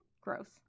Gross